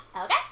Okay